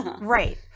right